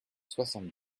soixante